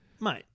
Mate